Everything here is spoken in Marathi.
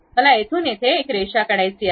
मला येथून येथून एक रेषा काढायची आहे